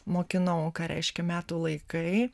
mokinau ką reiškia metų laikai